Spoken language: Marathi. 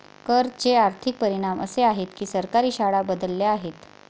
कर चे आर्थिक परिणाम असे आहेत की सरकारी शाळा बदलल्या आहेत